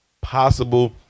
possible